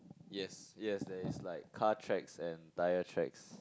yes yes there is like car tracks and tyre tracks